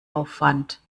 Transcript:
aufwand